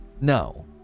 no